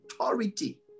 authority